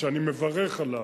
שאני מברך עליו,